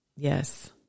Yes